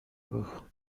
بـکـن